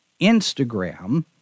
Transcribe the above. Instagram